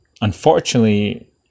unfortunately